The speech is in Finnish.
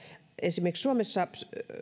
esimerkiksi suomessa